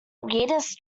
weirdest